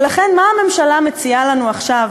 ומה הממשלה מציעה לנו עכשיו,